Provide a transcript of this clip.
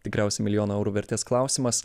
tikriausiai milijono eurų vertės klausimas